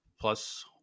plus